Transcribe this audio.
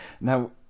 Now